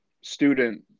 student